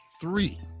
three